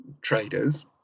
traders